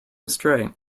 astray